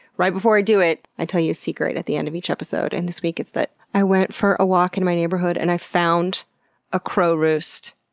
right before i do it i tell you a secret at the end of each episode. and this week it's that i went for a walk in my neighborhood and i found a crow roost.